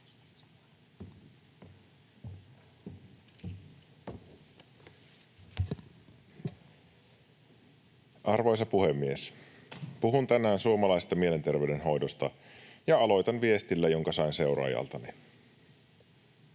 Arvoisa puhemies! Puhun tänään suomalaisten mielenterveyden hoidosta ja aloitan viestillä, jonka sain seuraajaltani.